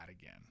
again